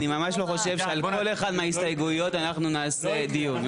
אני ממש לא חושב שעל כל אחת מההסתייגויות אנחנו נעשה דיון.